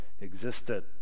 existed